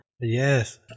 Yes